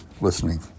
listening